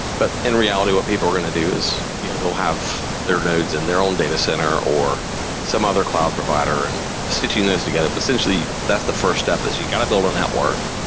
but in reality what people are going to do is they'll have their nodes and their own data center or some other cloud provider and sitting those together but essentially that's the first step as you've got to build the network.